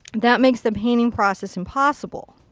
that makes the painting process impossible.